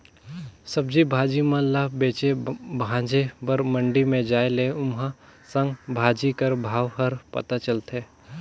सब्जी भाजी मन ल बेचे भांजे बर मंडी में जाए ले उहां साग भाजी कर भाव हर पता चलथे